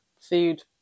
food